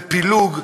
בפילוג,